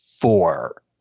four